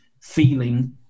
feeling